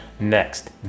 Next